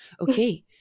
okay